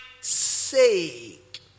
sake